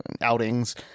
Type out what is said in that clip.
outings